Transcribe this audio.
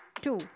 two